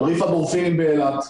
על ריף הדולפינים באילת,